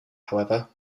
however